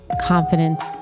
confidence